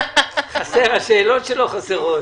השאלות שלו חסרות.